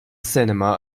cinema